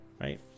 right